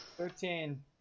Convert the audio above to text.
Thirteen